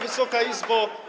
Wysoka Izbo!